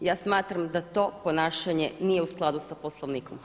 Ja smatram da to ponašanje nije u skladu sa Poslovnikom.